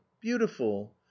beautiful